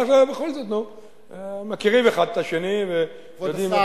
בכל זאת, מכירים אחד את השני ויודעים איך,